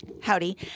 Howdy